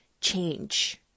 change